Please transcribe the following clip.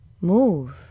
move